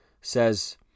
says